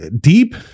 deep